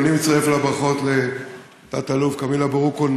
גם אני מצטרף לברכות לתת-אלוף כמיל אבו רוקון.